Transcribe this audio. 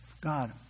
God